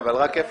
תיקון